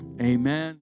amen